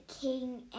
king